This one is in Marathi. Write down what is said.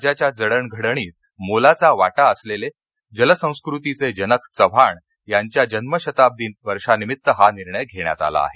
राज्याच्या जडणघडणीत मोलाचा वाटा असलेले जलसंस्कृतीचे जनक चव्हाण यांच्या जन्मशताब्दी वर्षानिमित्त हा निर्णय घेण्यात आला आहे